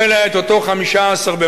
אלא את אותו 15 במאי,